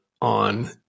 on